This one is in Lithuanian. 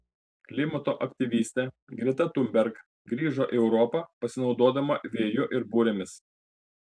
klimato aktyvistė greta thunberg grįžo į europą pasinaudodama vėju ir burėmis